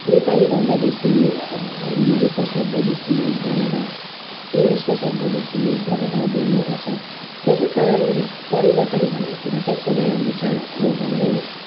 नेपालीभन्दा बेसी हिन्दीको शब्द बेसी युज गरेर इङ्लिसको शब्द बेसी युज गरेर बोल्ने गर्छ त्यसैकारण परिवर्तन भन्ने कुरा चाहिँ समयअनुसार आउँदो नै रहेछ